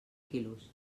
quilos